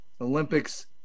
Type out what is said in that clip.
Olympics